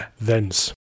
thence